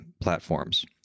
platforms